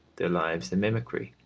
their lives a mimicry,